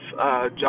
John